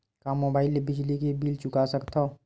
का मुबाइल ले बिजली के बिल चुका सकथव?